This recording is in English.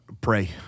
pray